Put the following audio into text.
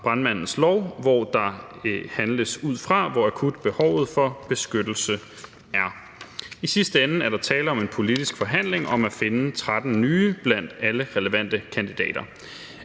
brandmandens lov, hvor der handles på baggrund af, hvor akut behovet for beskyttelse er. I sidste ende er der tale om en politisk forhandling om at finde 13 nye områder blandt alle relevante kandidater.